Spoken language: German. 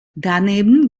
daneben